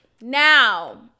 Now